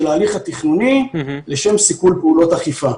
ההליך התכנוני לשם סיכול פעולות אכיפה.